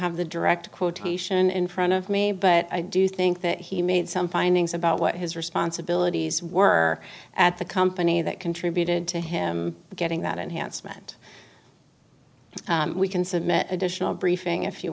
have the direct quotation in front of me but i do think that he made some findings about what his responsibilities were at the company that contributed to him getting that enhancement we can submit additional briefing if you